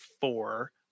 four